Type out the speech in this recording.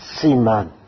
Siman